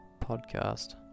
podcast